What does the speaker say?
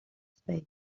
space